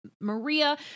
Maria